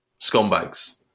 scumbags